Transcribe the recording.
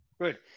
good